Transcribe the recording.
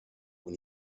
when